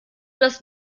das